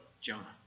Jonah